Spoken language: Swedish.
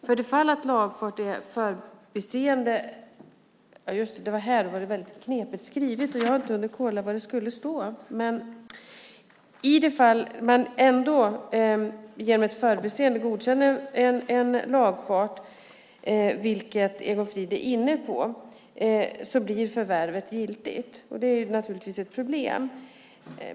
För det fall att lagfart av förbiseende - ja, just det, det var här som det var väldigt knepigt skrivet, och jag har inte hunnit kolla vad det skulle stå. Men i det fall man ändå, genom ett förbiseende, godkänner en lagfart, vilket Egon Frid är inne på, blir förvärvet giltigt. Det är naturligtvis ett problem.